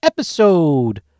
episode